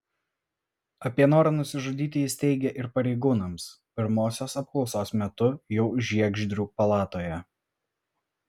apie norą nusižudyti jis teigė ir pareigūnams pirmosios apklausos metu jau žiegždrių palatoje